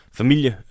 familie